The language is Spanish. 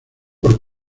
por